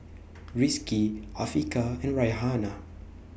Rizqi Afiqah and Raihana